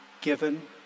given